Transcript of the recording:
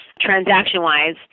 transaction-wise